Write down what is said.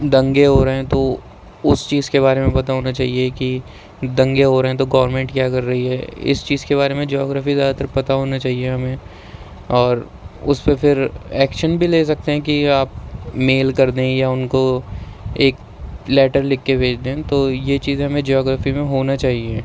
دنگے ہو رہے ہیں تو اس چیز کے بارے میں پتا ہونا چاہئے کہ دنگے ہو رہے ہیں تو گورمینٹ کیا کر رہی ہے اس چیز کے بارے میں جیوگرفی زیادہ تر پتا ہونا چاہئے ہمیں اور اس سے پھر ایکشن بھی لے سکتے ہیں کہ آپ میل کر دیں یا ان کو ایک لیٹر لکھ کے بھیج دیں تو یہ چیزیں ہمیں جیوگرفی میں ہونا چاہئے